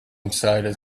inside